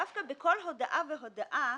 דווקא בכל הודעה והודעה